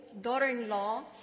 daughter-in-law